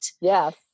Yes